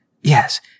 Yes